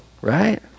right